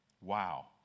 Wow